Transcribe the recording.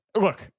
look